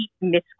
Miss